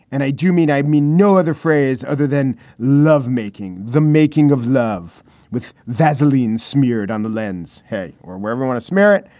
and i do mean i mean no other phrase other than love making. the making of love with vaseline smeared on the lens. hey. or where everyone is merit.